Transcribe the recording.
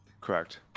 Correct